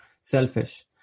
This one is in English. selfish